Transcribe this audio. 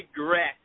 regret